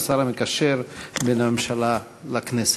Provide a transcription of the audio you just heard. השר המקשר בין הממשלה לכנסת.